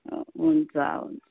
हुन्छ हुन्